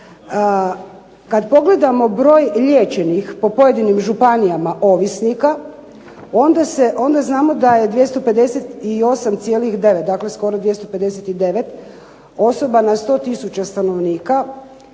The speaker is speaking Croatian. Kad pogledamo broj liječenih po pojedinim županijama ovisnika onda znamo da je 258,9 dakle skroo 259 osoba na 100000 stanovnika